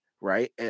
right